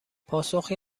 پاسخی